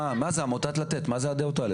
עמותת לתת, מה זה הדעות האלה?